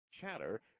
...chatter